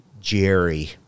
Jerry